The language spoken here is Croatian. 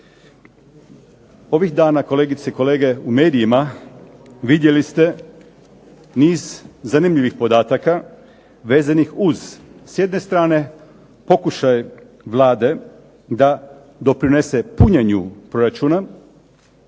Ovih dana kolegice i kolege u medijima vidjeli ste niz zanimljivih podataka vezanih uz s jedne strane pokušaj Vlade da doprinese punjenju proračuna.